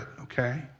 okay